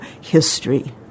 history